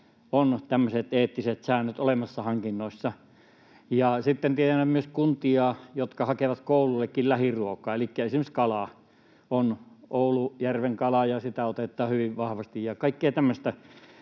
tämmöiset eettiset säännöt olemassa hankinnoissa. Ja sitten tiedän myös kuntia, jotka hakevat kouluillekin lähiruokaa, elikkä esimerkiksi kala on Oulujärven kalaa, ja sitä otetaan hyvin vahvasti.